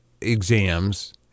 exams